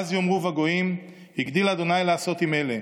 אז יאמרו בגוים הגדיל ה' לעשות עם אלה.